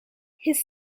his